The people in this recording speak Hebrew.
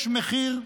יש מחיר.